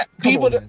people